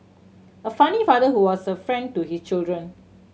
a funny father who was a friend to his children